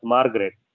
Margaret